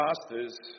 pastors